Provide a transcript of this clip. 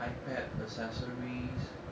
ipad accessories